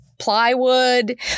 plywood